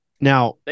Now